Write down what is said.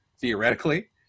theoretically